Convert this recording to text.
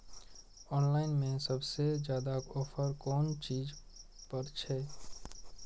Online में सबसे ज्यादा ऑफर कोन चीज पर छे?